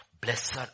Blessed